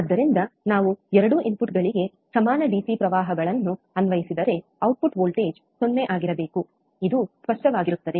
ಆದ್ದರಿಂದ ನಾವು 2 ಇನ್ಪುಟ್ಗಳಿಗೆ ಸಮಾನ ಡಿಸಿ ಪ್ರವಾಹಗಳನ್ನು ಅನ್ವಯಿಸಿದರೆ ಔಟ್ಪುಟ್ ವೋಲ್ಟೇಜ್ 0 ಆಗಿರಬೇಕು ಇದು ಸ್ಪಷ್ಟವಾಗಿರುತ್ತದೆ